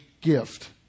gift